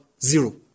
zero